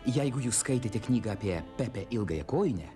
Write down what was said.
jeigu jūs skaitėte knygą apie pepę ilgakojinę